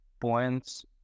points